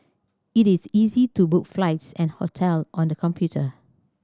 it is easy to book flights and hotel on the computer